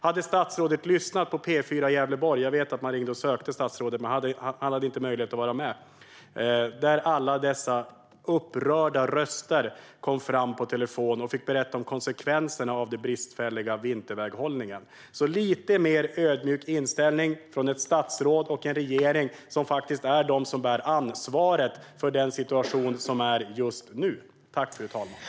Jag vet att P4 Gävleborg ringde och sökte statsrådet, men han hade inte möjlighet att vara med. Om statsrådet hade lyssnat då skulle han ha hört alla dessa upprörda röster som kom fram på telefon och fick berätta om konsekvenserna av den bristfälliga vinterväghållningen. Fru talman! Jag skulle vilja se en lite mer ödmjuk inställning från ett statsråd och en regering som är de som bär ansvaret för den situation som råder just nu.